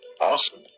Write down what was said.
awesome